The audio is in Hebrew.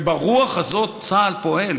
וברוח הזאת צה"ל פועל,